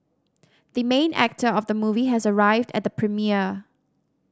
the main actor of the movie has arrived at the premiere